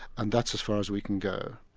and that's as far as we can go.